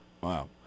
Wow